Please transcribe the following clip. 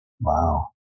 Wow